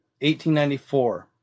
1894